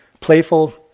playful